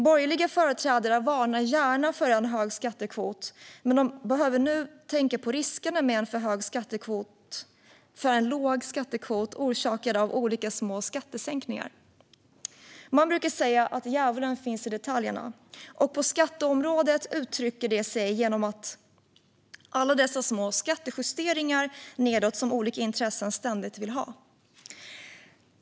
Borgerliga företrädare varnar gärna för en hög skattekvot. De behöver nu tänka på riskerna med en för låg skattekvot orsakad av olika små skattesänkningar. Man brukar säga att djävulen finns i detaljerna. På skatteområdet uttrycker det sig genom alla dessa små skattejusteringar nedåt som olika intressen ständigt vill ha.